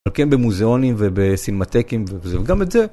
אבל כן במוזיאונים ובסינמטקים וגם את זה.